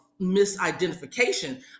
misidentification